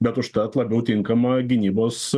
bet užtat labiau tinkamą gynybos